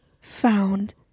found